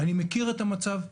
אני מכיר את המצב,